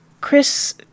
Chris